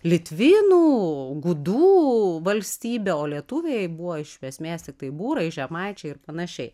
litvinų gudų valstybė o lietuviai buvo iš esmės tiktai būrai žemaičiai ir panašiai